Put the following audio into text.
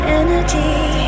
energy